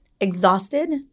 exhausted